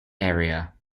area